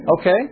Okay